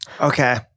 Okay